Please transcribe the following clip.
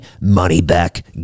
money-back